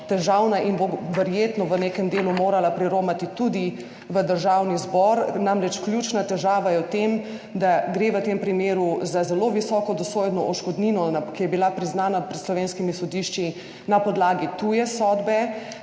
težavna in bo verjetno v nekem delu morala priromati tudi v Državni zbor. Namreč, ključna težava je v tem, da gre v tem primeru za zelo visoko dosojeno odškodnino, ki je bila priznana pred slovenskimi sodišči na podlagi tuje sodbe,